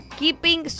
keeping